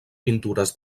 pintures